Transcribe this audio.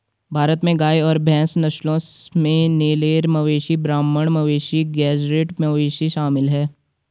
भारत में गाय और भैंस नस्लों में नेलोर मवेशी ब्राह्मण मवेशी गेज़रैट मवेशी शामिल है